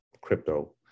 crypto